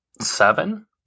seven